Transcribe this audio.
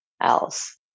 else